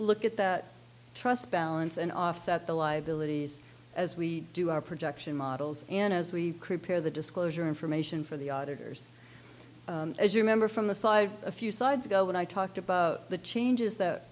look at that trust balance and offset the liabilities as we do our projection models and as we prepare the disclosure information for the auditors as you remember from the side a few sides ago when i talked about the changes that